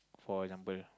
for example